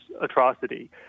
atrocity